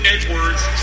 Edwards